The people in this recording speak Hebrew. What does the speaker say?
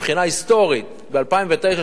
מבחינה היסטורית ב-2009,